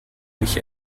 mich